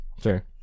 Sure